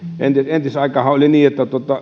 entisaikaanhan oli niin